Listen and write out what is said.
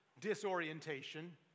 disorientation